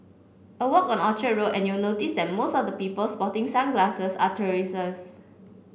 a walk on Orchard Road and you'll notice that most of the people sporting sunglasses are tourists